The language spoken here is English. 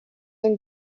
and